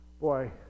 Boy